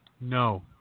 No